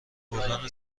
گلدان